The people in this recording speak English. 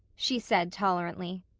she said tolerantly.